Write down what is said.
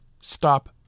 stop